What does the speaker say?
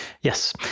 Yes